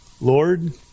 Lord